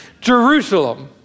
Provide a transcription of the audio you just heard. Jerusalem